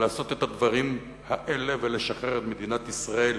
לעשות את הדברים האלה ולשחרר את מדינת ישראל